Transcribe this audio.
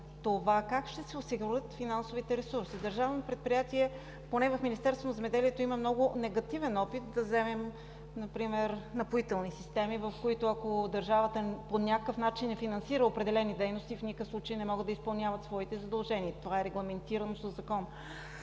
това как ще се осигурят финансовите ресурси. Държавно предприятие поне в Министерството на земеделието има много негативен опит. Да вземем например „Напоителни системи“, в което, ако държавата по някакъв начин е финансирала определени дейности, в никакъв случай не може да изпълнява своите задължения. Това е регламентирано със закон.